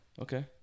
Okay